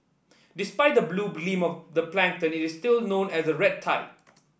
despite the blue gleam of the plankton it is still known as a red tide